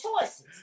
choices